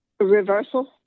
reversal